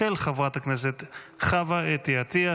של חברת הכנסת חוה אתי עטייה,